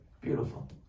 Beautiful